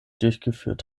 durchgeführt